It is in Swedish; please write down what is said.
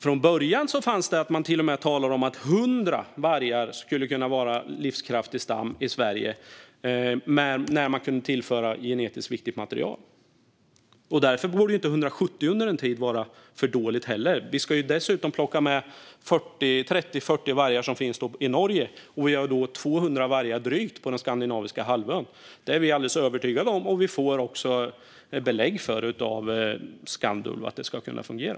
Från början talade man till och med om att 100 vargar skulle kunna vara en livskraftig stam i Sverige, när man kunde tillföra genetiskt viktigt material. Därför borde inte 170 under en tid vara för dåligt. Vi ska dessutom plocka med 30-40 vargar som finns i Norge. Då har vi drygt 200 vargar på den skandinaviska halvön. Vi är alldeles övertygade om, och får belägg från Skandulv, att det ska kunna fungera.